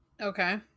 okay